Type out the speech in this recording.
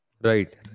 right